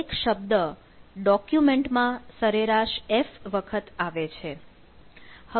દરેક શબ્દ ડોક્યુમેન્ટમાં સરેરાશ f વખત આવે છે